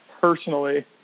personally